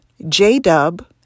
jdub